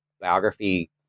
biography